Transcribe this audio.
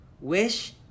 Wish